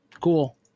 Cool